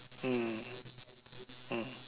mm mm